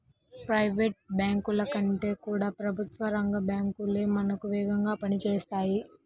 private బ్యాంకుల కంటే కూడా ప్రభుత్వ రంగ బ్యాంకు లే మనకు వేగంగా పని చేస్తాయి